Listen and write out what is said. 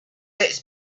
this